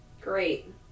Great